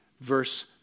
verse